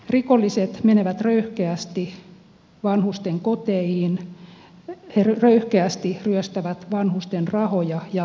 rikolliset menevät röyhkeästi vanhusten koteihin he röyhkeästi ryöstävät vanhusten rahoja ja koruja